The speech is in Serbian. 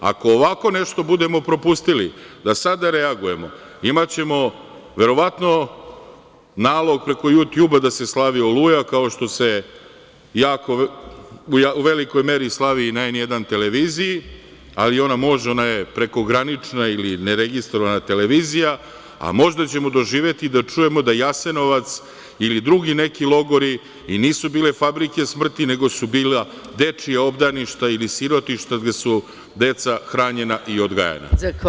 Ako ovako nešto budemo propustili, da sada reagujemo, imaćemo verovatno nalog preko „Jutjuba“ da se slavi Oluja, kao što se u velikoj meri slavi na N1 televiziji, ali ona može, ona je preko granična ili ne registrovana televizija, a možda ćemo doživeti da čujemo da Jasenovac ili drugi neki logori nisu bili fabrike smrti, nego su bila dečija obdaništa ili sirotišta, gde su deca hranjena i odgajana.